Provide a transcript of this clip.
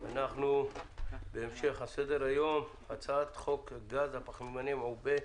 24 בנובמבר 2020. על סדר-היום: הצעת חוק הגז הפחמימני המעובה,